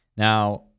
Now